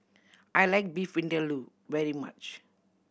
I like Beef Vindaloo very much